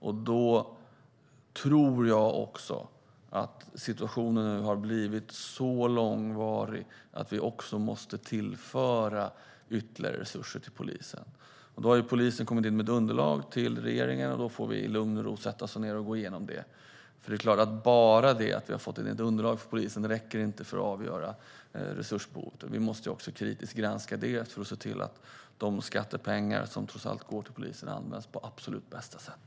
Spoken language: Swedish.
Jag tror att situationen blir långvarig och att vi måste tillföra ytterligare resurser till polisen. Polisen har kommit in med ett underlag till regeringen. Vi får i lugn och ro gå igenom det. Bara det faktum att vi har fått in ett underlag från polisen räcker inte för att avgöra resursbehovet, utan vi måste också kritiskt granska det för att se till att de skattepengar som går till polisen används på absolut bästa sätt.